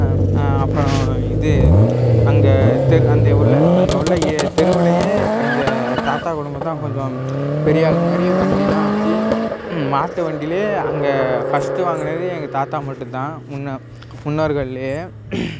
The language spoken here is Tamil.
அப்பறம் இது அங்கே தெரு அந்த உள்ள அங்கே உள்ள தெருவிலயே எங்கள் தாத்தா குடும்பந்தான் கொஞ்சம் பெரியாள் மாதிரி வண்டிலாம் வச்சு மாட்டு வண்டியிலே அங்கே ஃபஸ்ட்டு வாங்கினது எங்கள் தாத்தா மட்டுந்தான் முன்ன முன்னோர்கள்லேயே